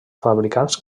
fabricants